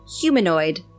humanoid